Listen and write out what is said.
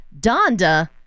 Donda